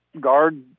guard